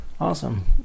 Awesome